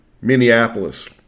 Minneapolis